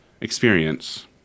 experience